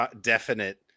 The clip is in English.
definite